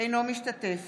אינו משתתף